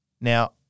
Now